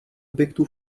objektů